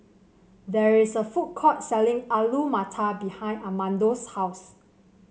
there is a food court selling Alu Matar behind Amado's house